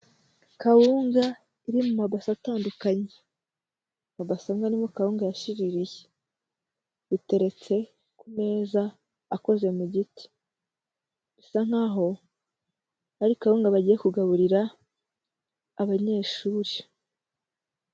Kawunga iri mu mabase atandukanye. Amabase amwe arimo kawunga yashiririye. Ateretse ku meza akoze mu giti. Bisa nkaho ari kawunga bagiye kugaburira abanyeshuri.